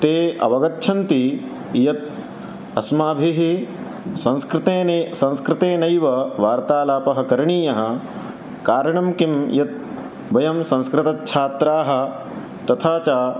ते अवगच्छन्ति यत् अस्माभिः संस्कृतेने संस्कृतेनैव वार्तालापः करणीयः कारणं किं यत् वयं संस्कृतच्छात्राः तथा च